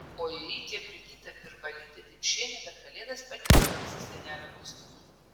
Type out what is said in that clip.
o ėjikė brigita virbalytė dimšienė per kalėdas pati velkasi senelio kostiumą